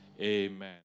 Amen